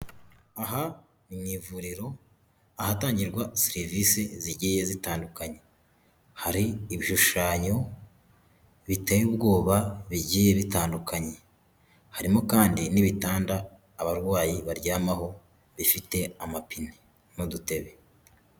Aha ni mu ivuriro ahatangirwa serivisi zigiye zitandukanye hari ibishushanyo biteye ubwoba bigiye bitandukanye harimo kandi n'ibitanda abarwayi baryamaho bifite amapine n'udutebe.